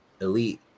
elite